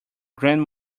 grand